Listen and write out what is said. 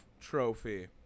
trophy